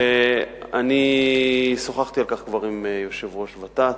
אני שוחחתי על כך כבר עם יושב-ראש ות"ת,